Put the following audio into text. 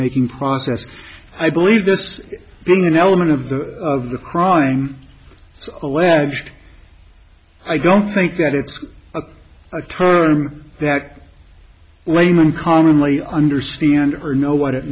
making process i believe this being an element of the of the crime alleged i don't think that it's a term that laymen commonly understand or know what it